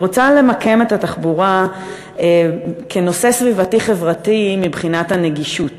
אני רוצה למקם את התחבורה כנושא סביבתי-חברתי מבחינת הנגישות,